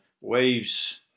waves